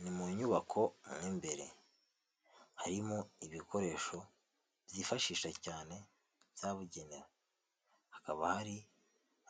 Ni mu nyubako mo imbere. Harimo ibikoresho byifashisha cyane byabugenewe. Hakaba hari